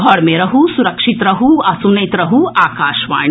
घर मे रहू सुरक्षित रहू आ सुनैत रहू आकाशवाणी